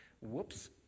Whoops